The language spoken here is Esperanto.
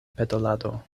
petolado